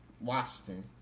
Washington